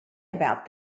about